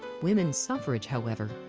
women's suffrage, however,